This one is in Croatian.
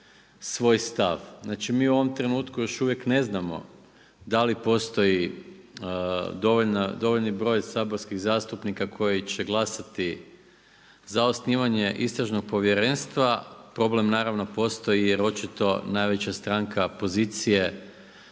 svoj stav. Znači mi u ovom trenutku još uvijek ne znamo da li postoji dovoljni broj saborskih zastupnika koji će glasati za osnivanje istražnog povjerenstva, problem naravno postoji jer očito najveća stranka pozicije